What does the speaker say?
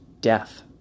death